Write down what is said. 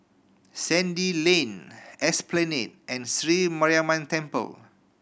Sandy Lane Esplanade and Sri Mariamman Temple